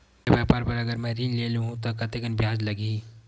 बड़े व्यापार बर अगर मैं ऋण ले हू त कतेकन ब्याज लगही?